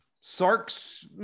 sark's